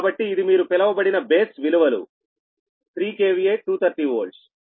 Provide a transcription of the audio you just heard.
కాబట్టి ఇది మీరు పిలవబడిన బేస్ విలువలు 3 KVA 230 V